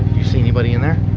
you see anybody in there?